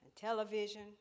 television